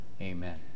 Amen